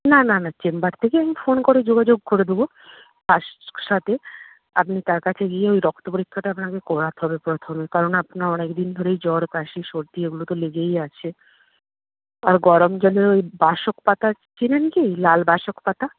না না না চেম্বার থেকেই আমি ফোন করে যোগাযোগ করে দেবো তার সাথে আপনি তার কাছে গিয়ে ওই রক্ত পরীক্ষাটা আপনাকে করাতে হবে প্রথমে কারণ আপনার অনেক দিন ধরেই জ্বর কাশি সর্দি এগুলো তো লেগেই আছে আর গরম জলে ওই বাসক পাতা চেনেন কি লাল বাসক পাতা